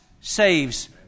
saves